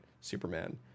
Superman